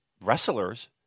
wrestlers